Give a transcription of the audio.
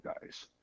guys